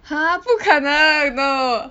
!huh! 不可能 no